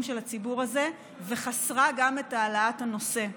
של הציבור הזה וחסרה גם את העלאת הנושא.